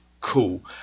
cool